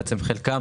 חלקן,